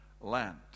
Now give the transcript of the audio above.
land